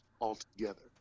altogether